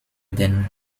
den